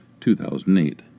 2008